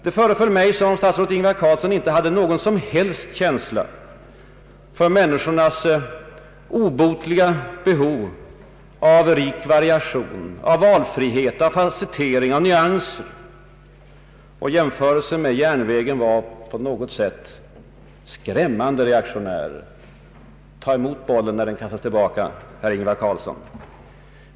Det föreföll mig som om statsrådet Ingvar Carlsson inte hade någon som helst känsla för människornas obotliga behov av rik variation, av valfrihet, av fasettering, av nyanser. Jämförelsen med järnvägen var på något sätt skrämmande ”reaktionär”. Ta emot bollen när den kastas tillbaka, herr Ingvar Carlsson!